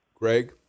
Greg